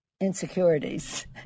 insecurities